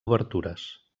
obertures